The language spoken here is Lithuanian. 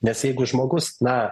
nes jeigu žmogus na